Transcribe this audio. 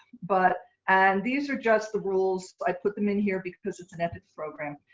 but and these are just the rules. i put them in here because it's an ethics program.